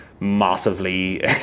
massively